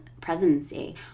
presidency